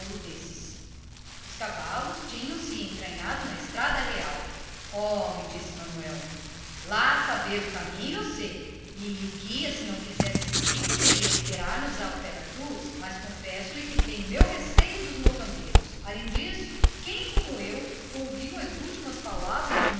desses os cavalos ganhavam a estrada real homem disse manuel lá saber o caminho eu sei e o guia se não quisesse vir poderia esperar nos ao pé da cruz mas confesso-lhe tenho meu receio dos mocambeiros além disso quem como eu ouviu as últimas palavras